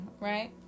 right